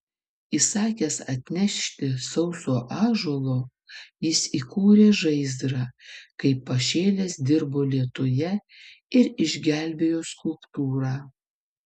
įsakęs atnešti sauso ąžuolo jis įkūrė žaizdrą kaip pašėlęs dirbo lietuje ir išgelbėjo skulptūrą